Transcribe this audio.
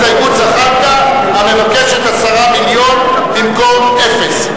להסתייגות זחאלקה, המבקשת 10 מיליון במקום אפס.